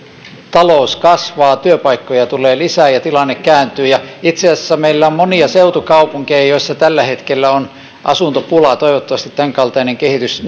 talous kasvaa työpaikkoja tulee lisää ja tilanne kääntyy itse asiassa meillä on monia seutukaupunkeja joissa tällä hetkellä on asuntopula toivottavasti tämänkaltainen kehitys